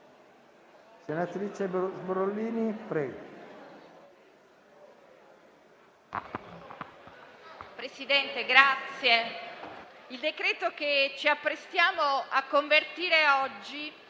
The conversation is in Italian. Presidente, il decreto che ci apprestiamo a convertire oggi